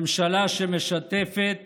ממשלה שמשתפת